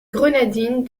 grenadines